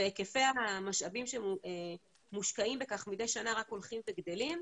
והיקפי המשאבים שמושקעים בכך מדי שנה רק הולכים וגדלים.